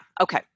Okay